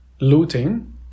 looting